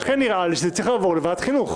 לכן נראה לי שזה צריך לעבור לוועדת חינוך.